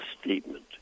statement